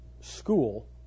school